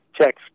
checks